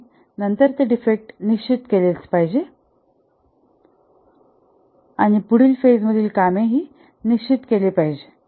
आणि नंतर ते डिफेक्ट निश्चित केले पाहिजे आणि पुढील फेज मधील काम ही निश्चित केले पाहिजे